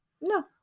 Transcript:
No